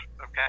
okay